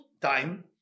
time